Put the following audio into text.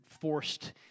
forced